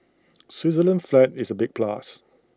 Switzerland's flag is A big plus